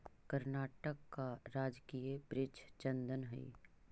कर्नाटक का राजकीय वृक्ष चंदन हई